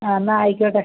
ആ എന്നാൽ ആയിക്കോട്ടെ